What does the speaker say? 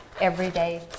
everyday